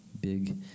big